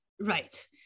Right